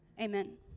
Amen